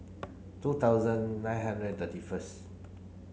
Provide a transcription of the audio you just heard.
two thousand nine hundred and thirty first